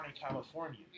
California